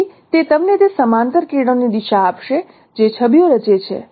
તેથી તે તમને તે સમાંતર કિરણોની દિશા આપશે જે છબીઓ રચે છે